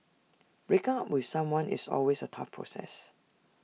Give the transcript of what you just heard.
breaking up with someone is always A tough process